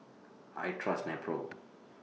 I Trust Nepro